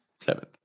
seventh